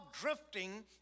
drifting